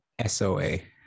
S-O-A